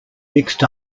mixed